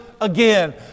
again